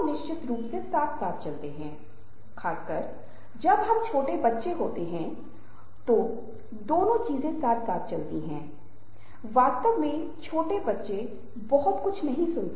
संचार तभी प्रभावी होगा जब हम बातचीत कर रहे हों बात कर रहे हों और सुन रहे हों अर्थात यह दोनों तरीकों से चल रहा हो